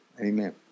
amen